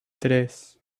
tres